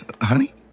Honey